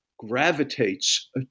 gravitates